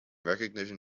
recognition